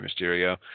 Mysterio